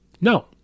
No